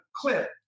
clip